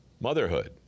Motherhood